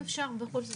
אם אפשר בכל זאת,